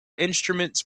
instruments